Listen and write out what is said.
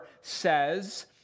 says